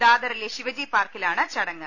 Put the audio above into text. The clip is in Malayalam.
ദാദറിലെ ശിവജി പാർക്കിലാണ് ചടങ്ങ്